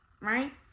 right